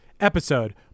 episode